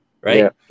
right